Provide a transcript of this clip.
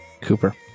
cooper